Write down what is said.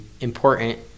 important